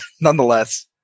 Nonetheless